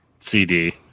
CD